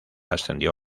ascendió